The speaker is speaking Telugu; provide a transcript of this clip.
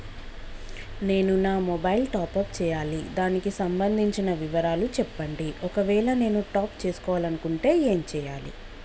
నేను నా మొబైలు టాప్ అప్ చేయాలి దానికి సంబంధించిన వివరాలు చెప్పండి ఒకవేళ నేను టాప్ చేసుకోవాలనుకుంటే ఏం చేయాలి?